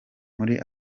muri